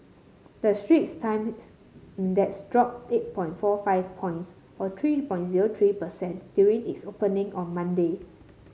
the Straits Times Index dropped eight point four five points or three point zero three per cent during its opening on Monday